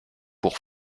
pour